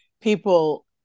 people